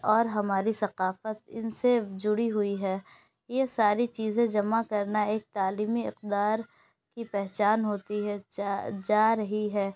اور ہماری ثقافت ان سے جڑی ہوئی ہے یہ ساری چیزیں جمع کرنا ایک تعلیمی اقدار کی پہچان ہوتی ہے جا رہی ہے